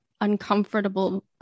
uncomfortable